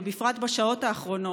ובפרט בשעות האחרונות,